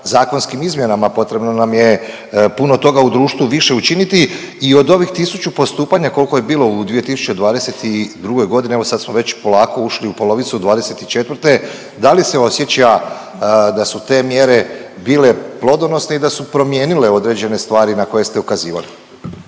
zakonskim izmjenama, potrebno nam je puno toga u društvu više učiniti i od ovih 1000 postupanja, koliko je bilo u 2022. g., evo sad smo već polako ušli u polovicu '24., da li se osjeća da su te mjere bile plodonosne i da su promijenile određene stvari na koje ste ukazivali?